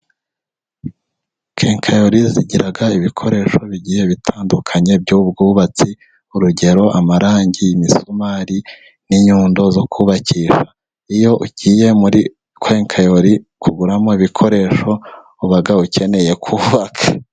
Kenkayori zigira ibikoresho bigiye bitandukanye by'ubwubatsi, urugero amarangi, imisumari n'inyundo zo kubakisha, iyo ugiye muri kenkayori kuguramo ibikoresho uba ukeneye kubaka.